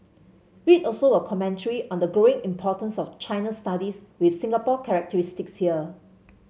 read also a commentary on the growing importance of China studies with Singapore characteristics here